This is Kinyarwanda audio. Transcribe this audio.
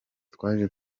twaje